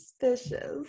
suspicious